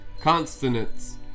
consonants